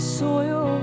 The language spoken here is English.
soil